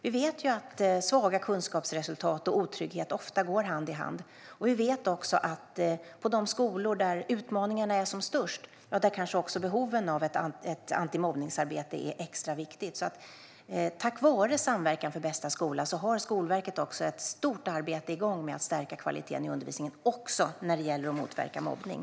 Vi vet att svaga kunskapsresultat och otrygghet ofta går hand i hand. Vi vet också att på de skolor där utmaningarna är som störst kanske också behovet av ett antimobbningsarbete är extra viktigt att möta. Tack vare Samverkan för bästa skola har Skolverket ett stort arbete igång med att stärka kvaliteten i undervisningen också när det gäller att motverka mobbning.